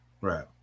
Right